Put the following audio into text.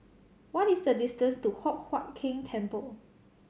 what is the distance to Hock Huat Keng Temple